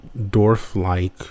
dwarf-like